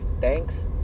thanks